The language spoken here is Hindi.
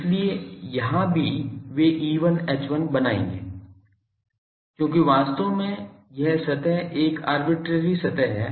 इसलिए यहाँ भी वे E1 H1 बनाएंगे क्योंकि वास्तव में यह सतह एक आरबिटरेरी सतह है